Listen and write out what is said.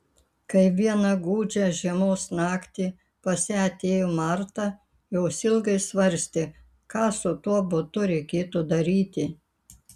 kai vieną gūdžią žiemos naktį pas ją atėjo marta jos ilgai svarstė ką su tuo butu reikėtų daryti